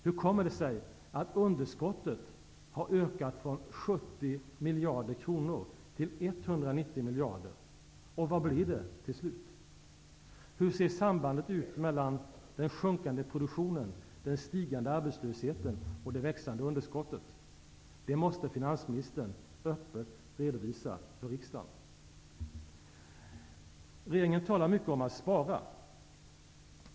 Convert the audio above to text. Hur kommer det sig att underskottet har ökat från 70 miljarder kronor till 198 miljarder, och vad blir det till slut? Hur ser sambandet ut mellan den sjunkande produktionen, den stigande arbetslösheten och det växande underskottet? Det måste finansministern öppet redovisa för riksdagen! Regeringen talar mycket om att spara.